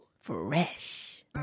fresh